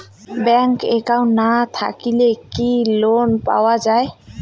Bank account না থাকিলে কি লোন পাওয়া য়ায়?